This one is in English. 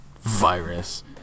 virus